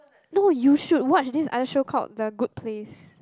no you should watch this other show called the good place